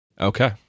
Okay